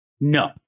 No